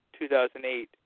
2008